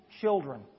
children